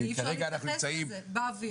כי כרגע אנחנו נמצאים באוויר.